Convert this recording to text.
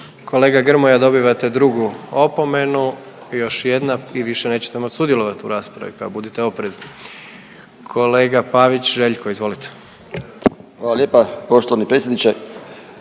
Kolega Grmoja dobivate drugu opomenu, još jedna i više nećete moć sudjelovat u raspravi, pa budite oprezni. Kolega Pavić Željko, izvolite. **Pavić, Željko